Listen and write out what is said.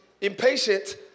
impatient